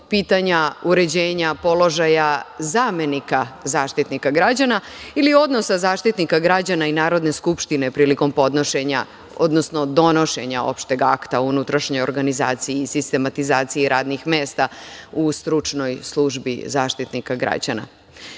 pitanja uređenja položaja zamenika Zaštitnika građana ili odnosa Zaštitnika građana i Narodne skupštine prilikom podnošenja, odnosno donošenja opšteg akta o unutrašnjoj organizaciji i sistematizaciji radnih mesta u stručnoj službi Zaštitnika građana. Pored